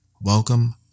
Welcome